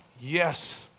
Yes